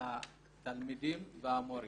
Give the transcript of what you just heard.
התלמידים והמורים.